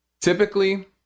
Typically